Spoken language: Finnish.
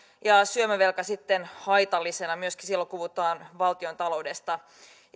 ja syömävelkaa sitten haitallisena myöskin silloin puhutaan valtiontaloudesta